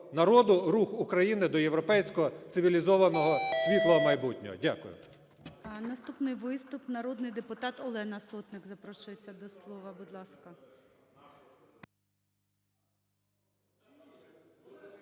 рух України до європейського цивілізованого світлого майбутнього. Дякую.